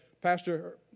Pastor